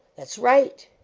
s right,